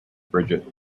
bridget